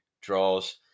draws